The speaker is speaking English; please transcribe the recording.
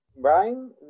brian